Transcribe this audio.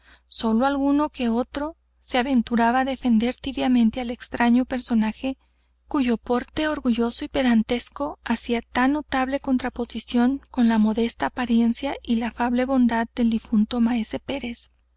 solo alguno que otro se aventuraba á defender tibiamente al extraño personaje cuyo porte orgulloso y pedantesco